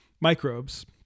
microbes